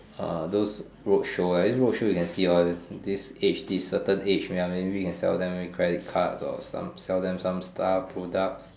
uh those roadshow right at least road right you can see about this age this certain age ya maybe you can see them with credit card or some sell them some stuff products